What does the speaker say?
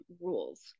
rules